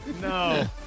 No